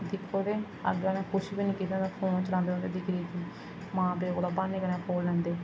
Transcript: दिक्खो ते अग्गें उनें कुछ बी निं करदे फोन चलांदे रौंह्दे मां प्यो कोला ब्हान्ने कन्नै फोन लैंदे